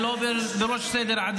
חבר הכנסת אושר שקלים.